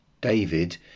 David